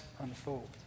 unfold